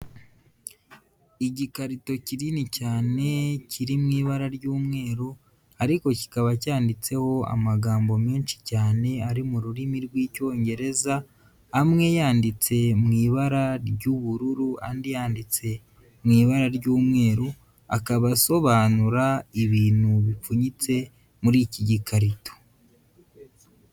Igikarito kinini cyane kiri mu ibara ry'umweru, ariko kikaba cyanditseho amagambo menshi cyane ari mu rurimi rw'Icyongereza, amwe yanditse mu ibara ry'ubururu andi yanditse mu ibara ry'umweru, akaba asobanura ibintu bipfunyitse muri iki gikarito.